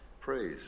Praise